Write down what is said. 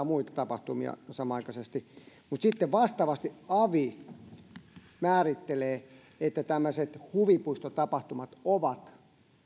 muita tapahtumia samanaikaisesti mutta sitten vastaavasti avi määrittelee että tällaiset huvipuistotapahtumat ovat